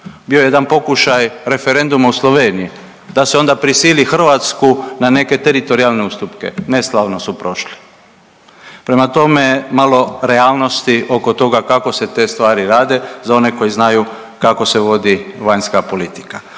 Bio je jedan pokušaj referenduma u Sloveniji da se onda prisili Hrvatsku na neke teritorijalne ustupke, neslavno su prošli. Prema tome, malo realnosti oko toga kako se te stvari rade za one koji znaju kako se vodi vanjska politika.